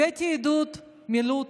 הבאתי עדות מלוד